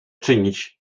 czynić